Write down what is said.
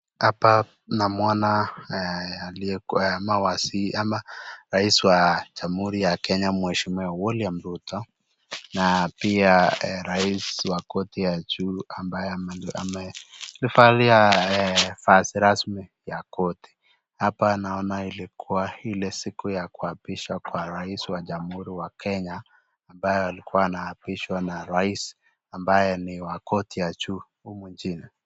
Hapa namwona aliye kuwa ama waziri ama rais wa jamhuri ya Kenya mweshimiwa William Ruto na pia Rais wa koti ya juu ambaye amevalia mavazi rasmi ya koti. Hapa naona ilikuwa ile siku ya kuapisha kwa rais wa Jamhuri ya Kenya ambaye alikuwa naapishwa na rais ambaye ni wa koti ya juu humu nchi.